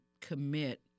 commit